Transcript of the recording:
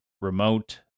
remote